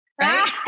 Right